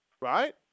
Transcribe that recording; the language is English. Right